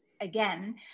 again